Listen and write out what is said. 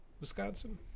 Wisconsin